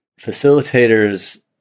facilitators